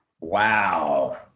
wow